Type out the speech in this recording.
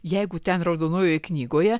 jeigu ten raudonojoje knygoje